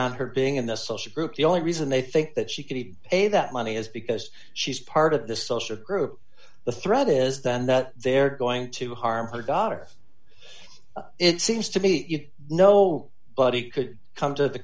on her being in the social group the only reason they think that she couldn't pay that money is because she's part of the social group the threat is then that they're going to harm her daughter it seems to me you know but he could come to the